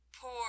Poor